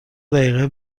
دقیقه